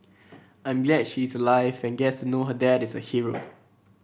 I'm glad she's alive and gets know her dad is a hero